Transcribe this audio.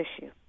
issue